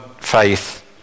faith